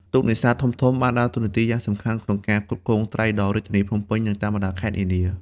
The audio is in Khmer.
ទូកនេសាទធំៗបានដើរតួនាទីយ៉ាងសំខាន់ក្នុងការផ្គត់ផ្គង់ត្រីដល់ រាជធានីភ្នំពេញ និងតាមបណ្តាខេត្តនានា។